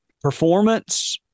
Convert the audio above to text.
performance